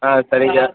ஆ சரிங்க